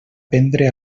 prendre